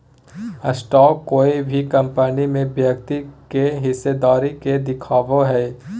stock कोय भी company में व्यक्ति के हिस्सेदारी के दिखावय हइ